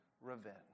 revenge